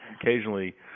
occasionally